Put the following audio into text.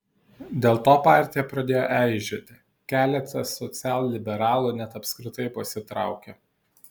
dėl to partija pradėjo eižėti keletas socialliberalų net apskritai pasitraukė